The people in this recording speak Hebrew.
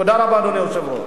תודה רבה, אדוני היושב-ראש.